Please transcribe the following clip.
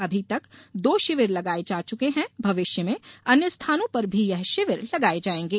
अभी तक दो शिविर लगाये जा चुके हैं भविष्य में अन्य स्थानों पर भी ये शिविर लगाये जायेंगे